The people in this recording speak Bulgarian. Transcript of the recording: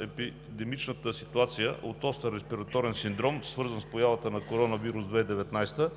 епидемичната ситуация от остър респираторен синдром, свързан с появата на коронавирус 2019,